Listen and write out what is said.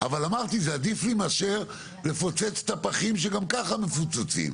אבל אמרתי זה עדיף לי מאשר לפוצץ את הפחים שגם ככה מפוצצים.